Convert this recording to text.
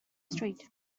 street